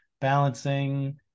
balancing